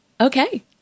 Okay